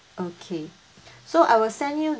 okay so I will send you